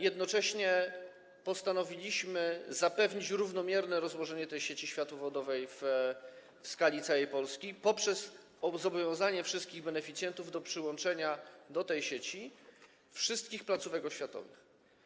Jednocześnie postanowiliśmy zapewnić równomierne rozłożenie tej sieci światłowodowej w skali całej Polski poprzez zobowiązanie wszystkich beneficjentów do przyłączenia do tej sieci wszystkich placówek oświatowych.